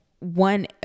One